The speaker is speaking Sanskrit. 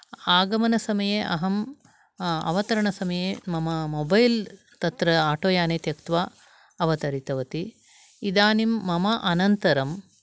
आगमनसमये अहं अवतरणसमये मम मोबैल् तत्र आटो याने त्यक्त्वा अवतरितवती इदानीं मम अनन्तरं